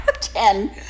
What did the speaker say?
ten